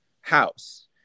house